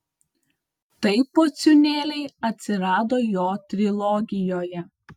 taip pociūnėliai atsirado jo trilogijoje